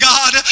God